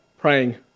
praying